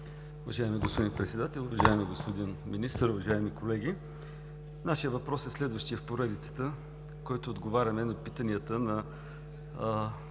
Уважаеми господин Председател, уважаеми господин Министър, уважаеми колеги! Нашият въпрос е следващият в поредицата, в който отговаряме на питанията на